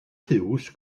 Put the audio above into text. hughes